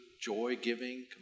joy-giving